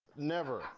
never.